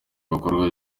bikorwa